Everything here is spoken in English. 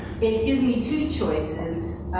but it gives me two choices.